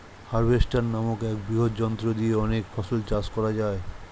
harvester নামক এক বৃহৎ যন্ত্র দিয়ে অনেক ফসল চাষ করা যায়